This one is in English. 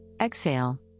Exhale